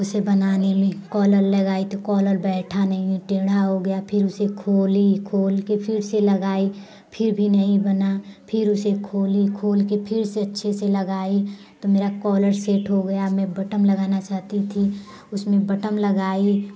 उसे बनाने में कॉलर लगाई तो कालर बैठा नहीं टेढ़ा हो गया फिर उसे खोली खोल के फिर से लगाई फिर भी नहीं बना फिर उसे खोली खोल के फिर उसे अच्छे से लगाई तो मेरा कॉलर सेट हो गया मैं बटम लगाना चाहती थी उसमें बटम लगाई